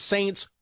Saints